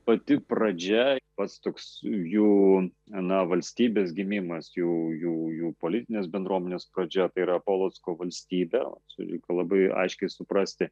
pati pradžia pats toks jų na valstybės gimimas jų jų jų politinės bendruomenės pradžia tai yra polocko valstybė čia reikia labai aiškiai suprasti